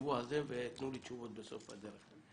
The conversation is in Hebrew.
תחשבו על זה ותנו לי תשובות בסוף הדרך.